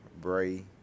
Bray